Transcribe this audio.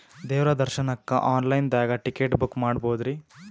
ದೇವ್ರ ದರ್ಶನಕ್ಕ online ದಾಗ ಟಿಕೆಟ ಬುಕ್ಕ ಮಾಡ್ಬೊದ್ರಿ?